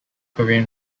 korean